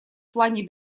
плане